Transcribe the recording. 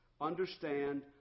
understand